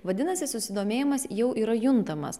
vadinasi susidomėjimas jau yra juntamas